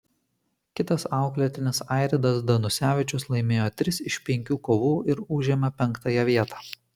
kitas auklėtinis airidas danusevičius laimėjo tris iš penkių kovų ir užėmė penktąją vietą